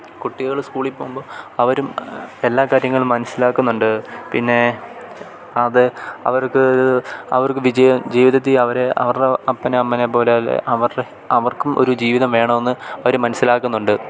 കുട്ടികൾ സ്കൂളിൽ പോകുമ്പോൾ അവരും എല്ലാ കാര്യങ്ങളും മനസ്സിലാക്കുന്നുണ്ട് പിന്നെ അത് അവർക്ക് ഒരു അവർക്ക് വിജയ ജീവിതത്തിൽ അവരെ അവരുടെ അപ്പനെ അമ്മേനെ പോലെ അവരുടെ അവർക്കും ഒരു ജീവിതം വേണമെന്ന് അവർ മനസ്സിലാക്കുന്നുണ്ട്